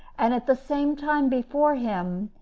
and, at the same time, before him,